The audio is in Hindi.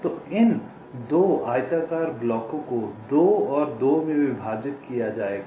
तो इन 2 आयताकार ब्लॉकों को 2 और 2 में विभाजित किया जाएगा